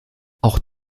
auch